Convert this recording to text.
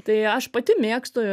tai aš pati mėgstu